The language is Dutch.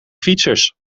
fietsers